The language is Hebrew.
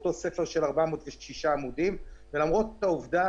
או אפילו לא הושבנו,